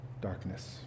darkness